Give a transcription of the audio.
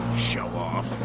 show off.